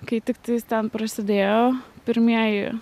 kai tiktais ten prasidėjo pirmieji